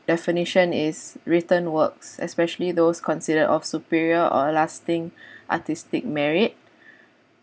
definition is written works especially those considered of superior or a lasting artistic merit